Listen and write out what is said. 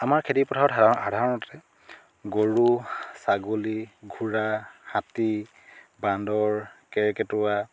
আমাৰ খেতি পথাৰত সাধা সাধাৰণতে গৰু ছাগলী ঘোঁৰা হাতী বান্দৰ কেৰ্কেটুৱা